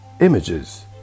images